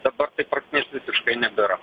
dabar tai prasmės visiškai nebėra